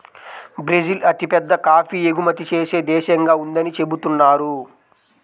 Brazil అతిపెద్ద coffee ఎగుమతి చేసే దేశంగా ఉందని చెబుతున్నారు